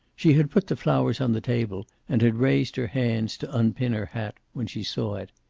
she had put the flowers on the table and had raised her hands to unpin her hat when she saw it.